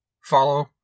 Follow